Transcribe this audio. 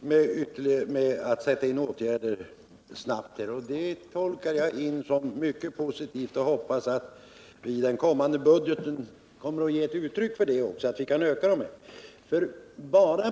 snabbt måste sätta in åtgärder. Jag hoppas att vi i den kommande budgeten får se ett uttryck för denna inställning, så att vi kan öka insatserna.